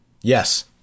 Yes